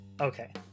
Okay